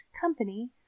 Company